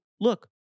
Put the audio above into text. look